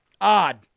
odd